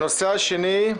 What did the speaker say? --- 2.